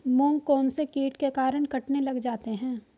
मूंग कौनसे कीट के कारण कटने लग जाते हैं?